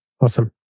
Awesome